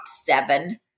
seven